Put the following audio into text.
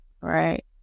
right